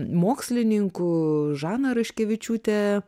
mokslininkų žana raškevičiūtė